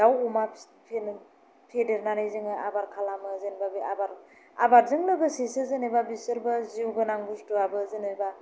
दाउ अमा फेदेरनानै जों आबोर खालामो जेनेबा बे आबोरजों लोगोसेसो जेनेबा बिसोरबो जिउगोनां बुस्थुआबो जेनेबा